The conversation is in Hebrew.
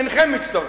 אינכם מצטרפים.